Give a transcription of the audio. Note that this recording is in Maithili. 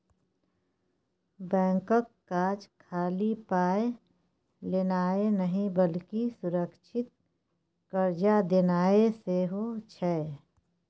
बैंकक काज खाली पाय लेनाय नहि बल्कि सुरक्षित कर्जा देनाय सेहो छै